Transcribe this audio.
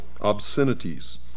obscenities